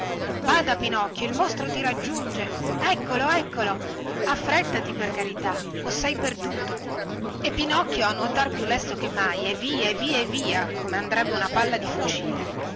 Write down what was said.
bada pinocchio il mostro ti raggiunge eccolo eccolo affréttati per carità o sei perduto e pinocchio a nuotar più lesto che mai e via e via e via come andrebbe una palla di fucile